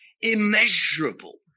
immeasurable